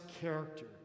character